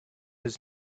his